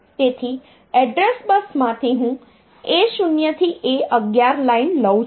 તેથી એડ્રેસ બસમાંથી હું A0 થી A11 લાઇન લઉં છું